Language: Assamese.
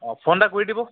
অঁ ফোন এটা কৰি দিব